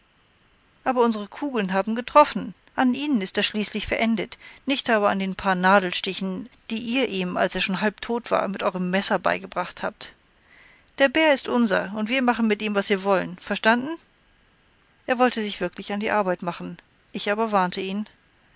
aber unsere kugeln haben getroffen an ihnen ist er schließlich verendet nicht aber an den paar nadelstichen die ihr ihm als er schon halb tot war mit eurem messer beigebracht habt der bär ist unser und wir machen mit ihm was wir wollen verstanden er wollte sich wirklich an die arbeit machen ich aber warnte ihn